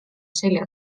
selja